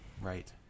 right